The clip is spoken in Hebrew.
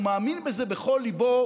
הוא מאמין בזה בכל ליבו,